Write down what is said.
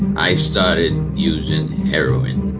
i started using heroin.